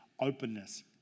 openness